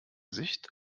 sicht